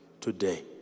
today